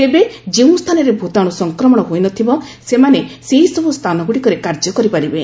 ତେବେ ଯେଉଁ ସ୍ଥାନରେ ଭୂତାଣୁ ସଂକ୍ରମଣ ହୋଇନଥିବ ସେମାନେ ସେହି ସବୁ ସ୍ଥାନଗୁଡ଼ିକରେ କାର୍ଯ୍ୟ କରିପାରିବେ